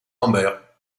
rambert